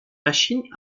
machine